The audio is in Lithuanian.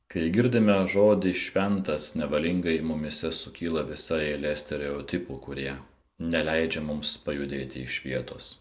kai girdime žodį šventas nevalingai mumyse sukyla visa eilė stereotipų kurie neleidžia mums pajudėti iš vietos